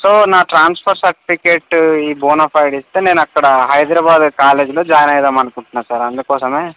so నా transfer certificate ఈ bonafide ఇస్తే నేను అక్కడ హైదరాబాద్ కాలేజీలో జాయిన్ అవుదామని అనుకుంటున్నాను సార్ అందుకోసం